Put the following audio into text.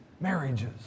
marriages